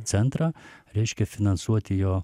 centrą reiškia finansuoti jo